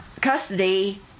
custody